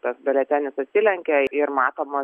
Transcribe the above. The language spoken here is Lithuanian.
tas biuletenis atsilenkia ir matomas